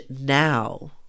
now